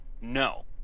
No